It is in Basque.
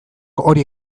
hori